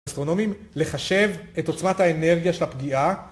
אסטרונומים לחשב את עוצמת האנרגיה של הפגיעה